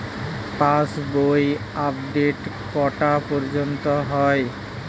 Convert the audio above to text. পাশ বই আপডেট কটা পর্যন্ত হয়?